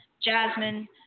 jasmine